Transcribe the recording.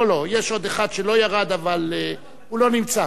לא לא, יש עוד אחד שלא ירד, אבל הוא לא נמצא.